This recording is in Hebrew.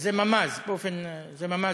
זה ממ"ז שמפריע.